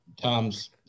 Tom's